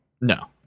No